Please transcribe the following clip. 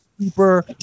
super